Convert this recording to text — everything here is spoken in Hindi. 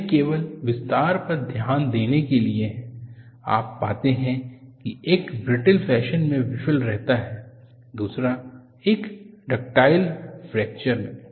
यह केवल विस्तार पर ध्यान देने के लिए है आप पाते हैं कि एक ब्रिटल फैशन में विफल रहता है दूसरा एक डक्टाइल फ्रैक्चर मे